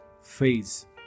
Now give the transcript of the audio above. phase